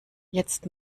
jetzt